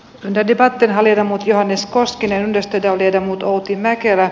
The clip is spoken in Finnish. dedicated halil mut johannes koskinen muistetaan viedä mut outi mäkelä